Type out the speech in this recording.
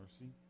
mercy